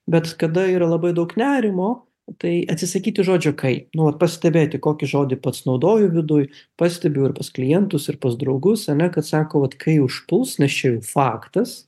bet kada yra labai daug nerimo tai atsisakyti žodžio kai nu vat pastebėti kokį žodį pats naudoju viduj pastebiu ir pas klientus ir pas draugus ane kad sako vat kai užpuls nes čia jau faktas